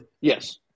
Yes